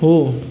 हो